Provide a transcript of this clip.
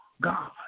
God